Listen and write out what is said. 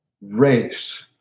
race